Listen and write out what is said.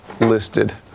listed